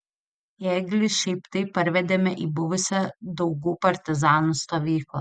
ėglį šiaip taip parvedėme į buvusią daugų partizanų stovyklą